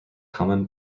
common